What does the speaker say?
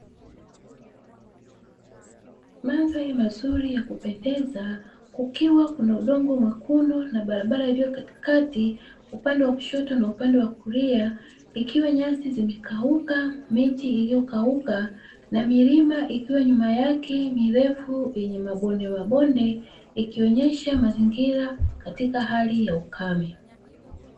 Mandhari mazuri ya kupendeza kukiwa kuna udongo mwekundu na barabara iliyo katikati, upande wa kushoto na upande wa kulia, ikiwa nyasi zimekauka, miti iliyokauka, na milima ikiwa nyuma yake mirefu, yenye mabonde wa bonde ikionyesha mazingira katika hali ya ukame.